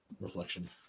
reflection